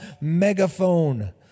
megaphone